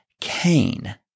Cain